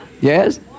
Yes